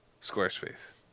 Squarespace